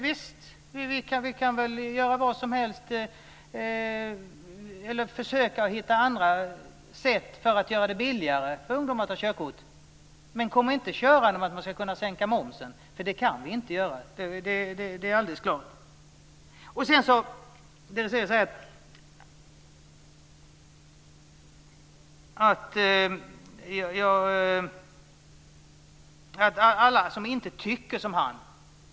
Visst kan vi försöka hitta andra sätt för att göra det billigare för ungdomar att ta körkort. Men kom inte körande med att man ska kunna sänka momsen, för det kan vi inte göra. Det är alldeles klart. Det sägs här något om "alla som inte tycker som han".